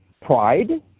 pride